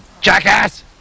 jackass